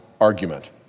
argument